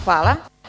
Hvala.